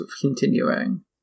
continuing